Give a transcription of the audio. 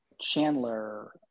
Chandler